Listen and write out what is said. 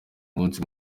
umunsi